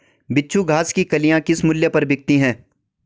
बिच्छू घास की कलियां किस मूल्य पर बिकती हैं?